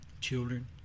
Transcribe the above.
Children